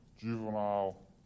juvenile